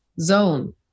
zone